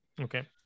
Okay